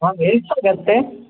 ಹೌದಾ ಎಷ್ಟಾಗುತ್ತೆ